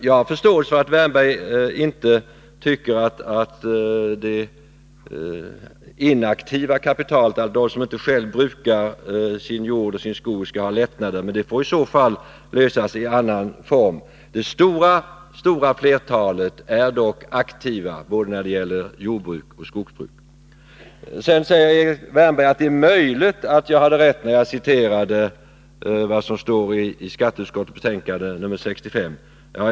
Jag förstår att Erik Wärnberg inte tycker att det inaktiva kapitalet — de som inte själva brukar sin jord och sin skog — skall ha lättnader. Men det får i så fall lösas i annan form. Det stora flertalet är dock aktiva både när det gäller jordbruk och skogsbruk. Sedan säger Erik Wärnberg att det är möjligt att jag hade rätt när jag citerade vad som står i skatteutskottets betänkande 1981/82:65.